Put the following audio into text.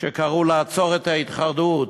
שקראו לעצור את ההתחרדות,